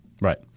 Right